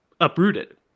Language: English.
uprooted